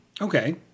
Okay